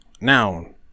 noun